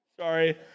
Sorry